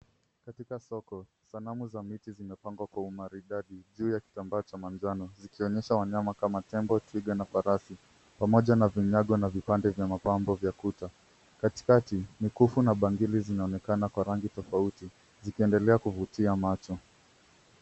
Katika soko, sanamu za miti zimepangwa kwa umaridadi juu ya kitambaa cha manjano zikionyesha wanyama kama tembo, twiga na farasi, pamoja na vinyago vya mapambo vya kuta. Katikati, mikufu na bangili zinaonekana kwa rangi tofauti zikiendelea kuvutia macho.